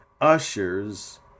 ushers